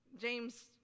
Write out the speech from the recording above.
James